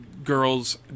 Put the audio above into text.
girls